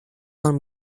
want